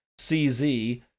CZ